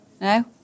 No